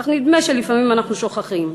אך נדמה שלפעמים אנחנו שוכחים,